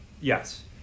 yes